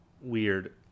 weird